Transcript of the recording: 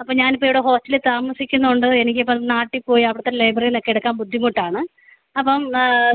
അപ്പോൾ ഞാനിപ്പോൾ ഇവിടെ ഹോസ്റ്റലിൽ താമസിക്കുന്നുണ്ട് എനിക്കിപ്പോൾ നാട്ടിൽ പോയി അവിടുത്ത ലൈബ്രറീൽ എടുക്കാൻ ബുദ്ധിമുട്ടാണ് അപ്പം